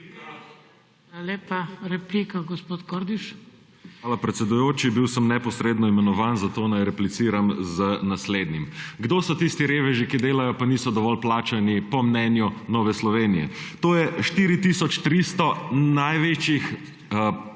Hvala, predsedujoči. Bil sem neposredno imenovan, zato naj repliciram z naslednjim. Kdo so tisti reveži, ki delajo, pa niso dovolj plačani po mnenju Nove Slovenije? To je 4 tisoč 300 največjih